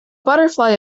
butterfly